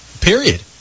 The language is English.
Period